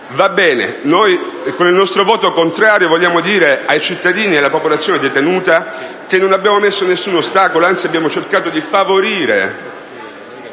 pragmatico. Con il nostro voto contrario vogliamo dire ai cittadini ed alla popolazione detenuta che non abbiamo messo alcun ostacolo, anzi abbiamo cercato di favorire